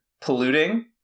polluting